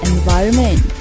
environment